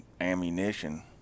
ammunition